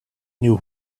knew